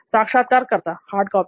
साक्षात्कारकर्ता hard copy